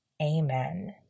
Amen